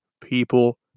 people